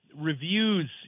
reviews